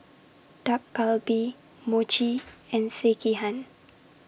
Dak Galbi Mochi and Sekihan